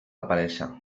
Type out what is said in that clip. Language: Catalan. aparèixer